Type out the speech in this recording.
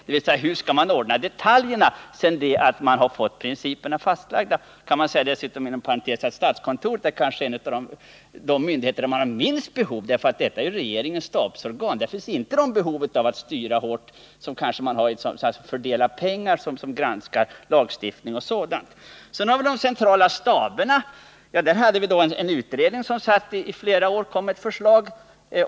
Det gäller hur man skall ordna detaljerna sedan man har fått principerna fastlagda. Inom parentes kan jag dessutom säga att statskontoret kanske är en av de myndigheter där behovet är minst i detta avseende. Statskontoret är ju regeringens stabsorgan, och där finns inte de behov av att styra hårt som man kanske har när det gäller att fördela pengar, granska lagstiftning osv. Sedan har vi de centrala staberna. Där har en utredning, som suttit i flera år, lagt fram ett förslag.